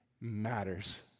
matters